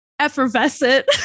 effervescent